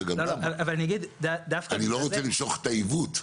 גם למה אני לא רוצה למשוך את העיוות.